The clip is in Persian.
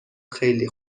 خیلی